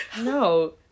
No